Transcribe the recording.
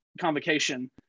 Convocation